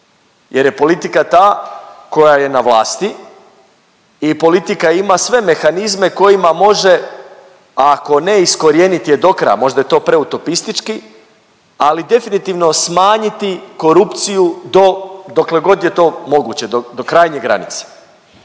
jer je politika ta koja je na vlasti i politika ima sve mehanizme kojima može, a ako ne iskorijenit je do kraja, možda je to preutopistički, ali definitivno smanjiti korupciju do dokle god je to moguće, do krajnje granice.